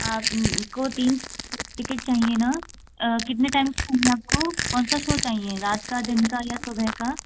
आप को तीन टिकेट चाहिए ना कितने टाइम चाहिए आपको कौन सा शो चाहिए रात का दिन का या सुबह का